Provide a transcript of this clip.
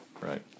right